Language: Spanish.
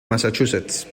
massachusetts